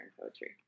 poetry